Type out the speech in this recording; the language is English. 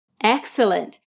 Excellent